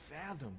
fathom